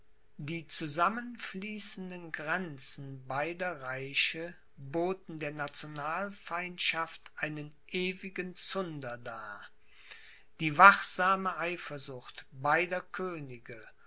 die zusammenfließenden grenzen beider reiche boten der nationalfeindschaft einen ewigen zunder dar die wachsame eifersucht beider könige